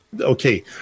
okay